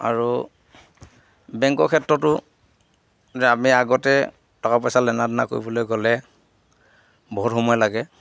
আৰু বেংকৰ ক্ষেত্ৰতো যে আমি আগতে টকা পইচা লেনা দানা কৰিবলৈ গ'লে বহুত সময় লাগে